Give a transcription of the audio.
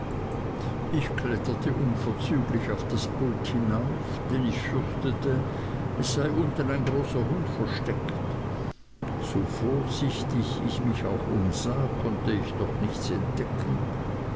ich kletterte unverzüglich auf das pult hinauf denn ich fürchtete es sei unten ein großer hund versteckt so vorsichtig ich mich auch umsah konnte ich doch nichts entdecken